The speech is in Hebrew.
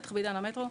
בטח בעידן המטרו,